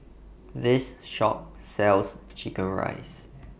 This Shop sells Chicken Rice